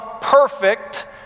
perfect